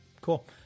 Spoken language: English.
Cool